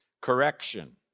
correction